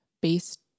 based